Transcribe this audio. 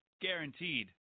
Guaranteed